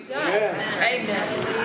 Amen